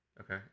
Okay